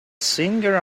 singer